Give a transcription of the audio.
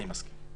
אני מסכים איתו.